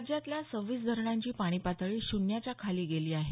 राज्यातल्या सव्वीस धरणांची पाणीपातळी शून्याच्या खाली गेली आहे